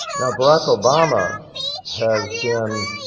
now, barack obama has been